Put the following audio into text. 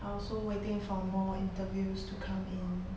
I also waiting for more interviews to come in